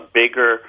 bigger